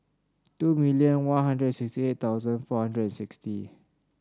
two million One Hundred and sixty eight thousand four hundred and sixty